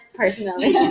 personally